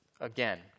again